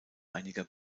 einiger